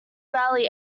rally